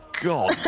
God